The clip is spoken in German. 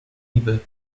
liebe